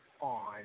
on